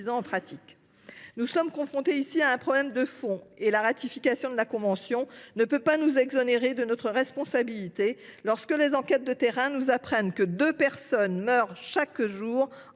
en pratique. Nous sommes confrontés à un problème de fond. La ratification de la convention ne peut pas nous exonérer de notre responsabilité lorsque les enquêtes de terrain nous apprennent qu’en moyenne, chaque jour,